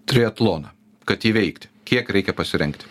triatloną kad įveikti kiek reikia pasirengti